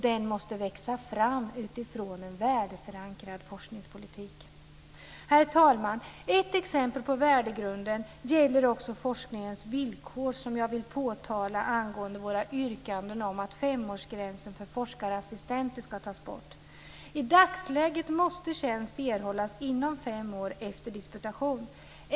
Den måste växa fram utifrån en värdeförankrad forskningspolitik. Herr talman! Jag vill ge ett exempel på att värdegrunden också gäller forskningens villkor. Det gäller våra yrkanden att femårsgränsen för forskarassistenter ska tas bort. I dagsläget måste tjänst erhållas inom fem år efter disputation.